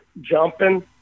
jumping